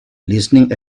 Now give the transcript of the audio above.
listening